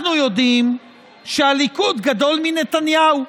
אנחנו יודעים שהליכוד גדול מנתניהו.